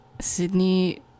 Sydney